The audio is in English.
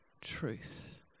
truth